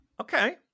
Okay